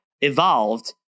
evolved